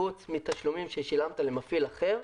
פרט לתשלומים ששילמת למפעיל אחר,